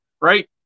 right